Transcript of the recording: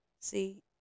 See